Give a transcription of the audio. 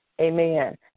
Amen